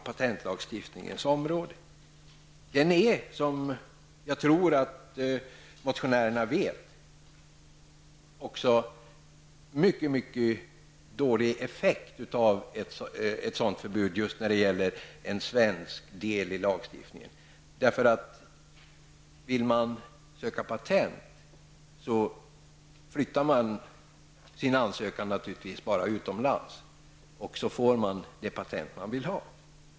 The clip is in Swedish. Den är, som jag tror att motionärerna vet, en mycket dålig effekt av ett sådant förbud just när det gäller en svensk del av lagstiftningen. Om man vill söka patent flyttar man naturligtvis sin ansökan utomlands och får det patent som man vill ha.